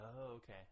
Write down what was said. okay